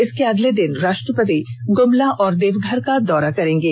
इसके अगले दिन राष्ट्रपति गुमला और देवघर का दौरा करेंगे